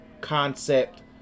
concept